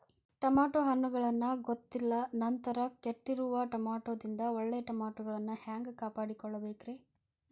Tomato ಹಣ್ಣುಗಳನ್ನ ಗೊತ್ತಿಲ್ಲ ನಂತರ ಕೆಟ್ಟಿರುವ ಟಮಾಟೊದಿಂದ ಒಳ್ಳೆಯ ಟಮಾಟೊಗಳನ್ನು ಹ್ಯಾಂಗ ಕಾಪಾಡಿಕೊಳ್ಳಬೇಕರೇ?